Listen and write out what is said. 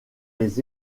des